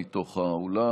מתוך האולם,